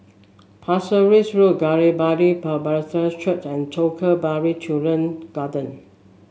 Pasir Ris Road Galilee Bible Presbyterian Church and Jacob Balla Children Garden